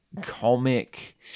comic